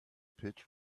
pit